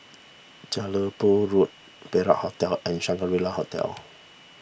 Jelebu Road Perak Hotel and Shangri La Hotel